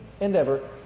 endeavor